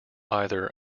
either